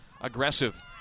aggressive